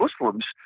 Muslims